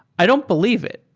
i don't believe it.